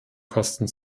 kosten